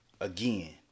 again